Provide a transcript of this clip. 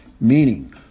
meaning